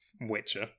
Witcher